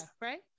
right